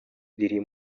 riri